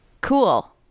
cool